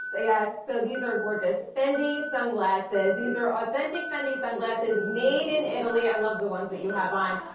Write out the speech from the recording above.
so yes, so these are gorgeous, fendi sunglasses. these are authentic fendi sunglasses made in italy. i love the ones that you have on,